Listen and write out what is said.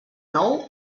nou